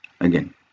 Again